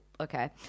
okay